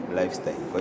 lifestyle